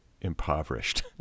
impoverished